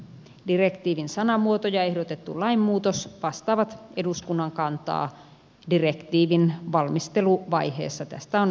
direktiivin sanamuoto ja ehdotettu lainmuutos vastaavat eduskunnan kantaa direktiivin valmisteluvaiheessa